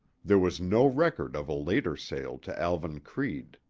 there was no record of a later sale to alvan creede.